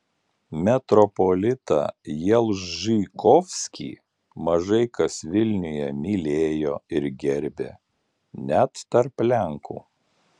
metropolitą jalbžykovskį mažai kas vilniuje mylėjo ir gerbė net tarp lenkų